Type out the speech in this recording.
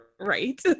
right